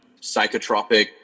psychotropic